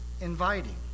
inviting